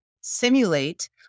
simulate